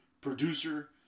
producer